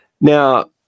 Now